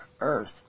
earth